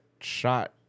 Shot